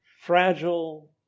fragile